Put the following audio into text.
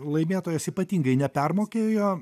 laimėtojas ypatingai nepermokėjo